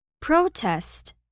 Protest